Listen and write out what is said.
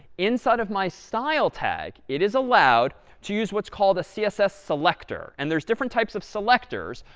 inside of my style tag, it is allowed to use what's called a css selector. and there's different types of selectors,